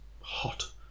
hot